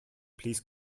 please